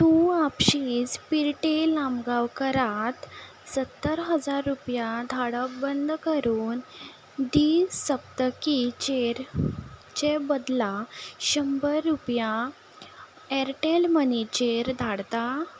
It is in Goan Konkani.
तूं आपशींच पिर्टे लामगांवकरात सत्तर हजार रुपया धाडप बंद करून दिसप्तकीचेर चे बदला शंबर रुपया एरटॅल मनीचेर धाडता